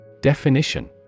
Definition